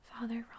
Father